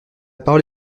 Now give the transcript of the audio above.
parole